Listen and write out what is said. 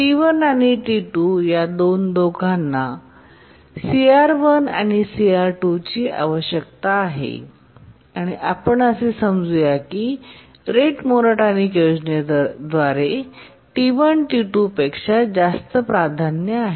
T1आणि T2 या दोघांना CR1आणि CR2 ची आवश्यकता आहे आणि आपण असे समजू या की रेट मोनोटोनिक योजनेद्वारे T1T2 पेक्षा जास्त प्राधान्य आहे